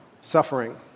suffering